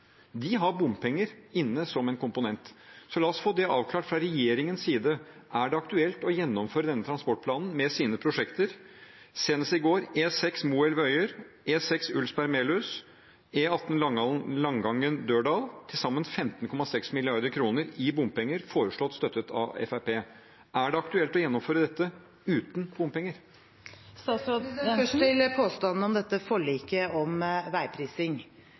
har bompenger inne som en komponent. Så la oss få det avklart fra regjeringens side: Er det aktuelt å gjennomføre denne transportplanen med dens prosjekter – senest i går E6 Moelv–Øyer, E6 Ulsberg–Melhus, E18 Langangen–Dørdal – på til sammen 15,6 mrd. kr i bompenger, foreslått støttet av Fremskrittspartiet? Er det aktuelt å gjennomføre dette uten bompenger? Først til påstanden om forliket om veiprising.